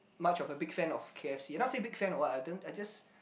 much of a big fan of K_F_C not say big fan or what I turn I just